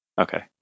Okay